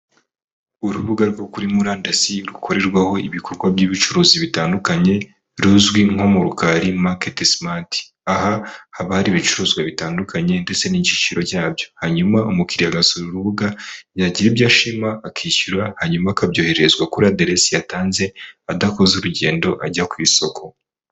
Urubuga rwo kuri murandasi rukorerwaho ibikorwa by'ubucuruzi bitandukanye, ruzwi nko mu rukari Market Smart. Aha haba hari ibicuruzwa bitandukanye ndetse n'igiyiciro cyabyo, hanyuma umukiriya agasura urubuga yagira ibyo ashima akishyura, hanyuma akabyoherezwa kuri aderesi yatanze adakoze urugendo ajya ku isoko.